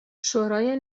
شورای